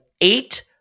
eight